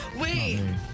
Wait